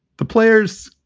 the players.